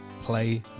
play